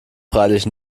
freilich